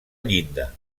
llinda